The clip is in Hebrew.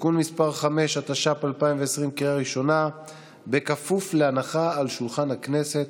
יוסף ג'בארין, מוותר, חבר הכנסת אלכס קושניר,